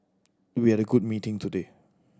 we had a good meeting today